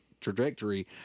trajectory